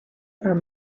are